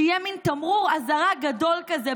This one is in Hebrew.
שיהיה מן תמרור אזהרה גדול כזה,